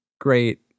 Great